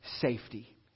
safety